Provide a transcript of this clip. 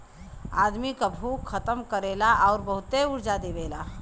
आदमी क भूख खतम करेला आउर बहुते ऊर्जा देवेला